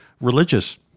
religious